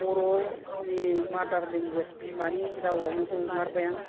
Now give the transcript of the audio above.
बर' गावनि मादार लेंगुइस बिमानि रावावनो हंगारबाय आं